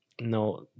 no